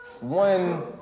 one